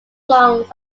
songs